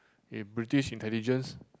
a British intelligence